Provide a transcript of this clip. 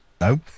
Nope